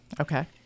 Okay